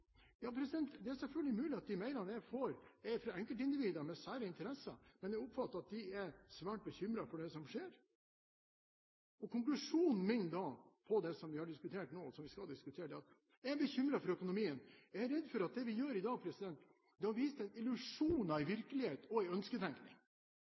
Ja, det er selvfølgelig mulig at de mailene jeg får, er fra enkeltindivider med sære interesser, men jeg oppfatter at de er svært bekymret for det som skjer. Konklusjonen min da på det som vi har diskutert nå, og som vi skal diskutere, er at jeg er bekymret for økonomien. Jeg er redd for at det vi gjør i dag, er å vise til illusjoner i virkelighet og i ønsketenkning. I så fall blir det